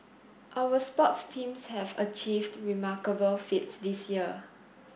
our sports teams have achieved remarkable feats this year